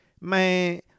man